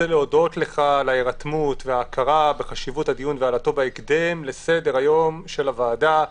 לך על ההירתמות ההכרה בחשיבות הדיון והעלאתו בהקדם לסדר היום של הוועדה.